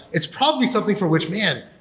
it's probably something for which, man!